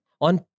on